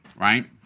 Right